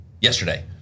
yesterday